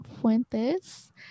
Fuentes